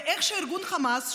איך ארגון חמאס,